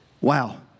Wow